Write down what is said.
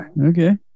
okay